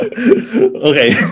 Okay